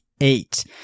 eight